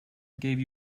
gave